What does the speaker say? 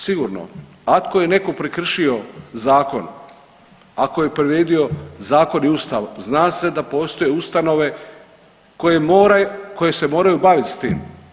Sigurno, ako je netko prekršio zakon, ako je povrijedio zakon i Ustav, zna se da postoje ustanove koje se moraju baviti s tim.